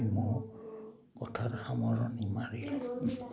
মোৰ কথাৰ সামৰণি মাৰিলোঁ